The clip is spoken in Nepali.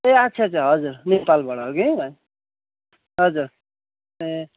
ए अच्छा अच्छा हजुर नेपालबाट हगी हजुर ए